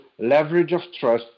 leverageoftrust